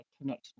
connection